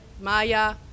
Maya